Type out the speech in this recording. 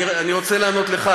אני רוצה לענות לך.